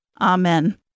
Amen